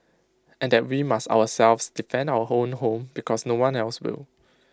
and that we must ourselves defend our own home because no one else will